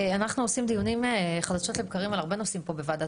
אנחנו עושים דיונים חדשות לבקרים על הרבה נושאים פה בוועדת